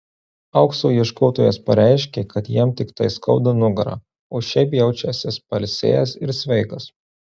aukso ieškotojas pareiškė kad jam tiktai skauda nugarą o šiaip jaučiąsis pailsėjęs ir sveikas